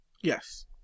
Yes